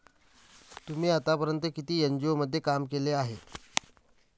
तुम्ही आतापर्यंत किती एन.जी.ओ मध्ये काम केले आहे?